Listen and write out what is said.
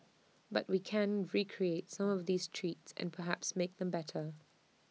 but we can recreate some of these treats and perhaps make them better